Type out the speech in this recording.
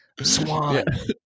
swan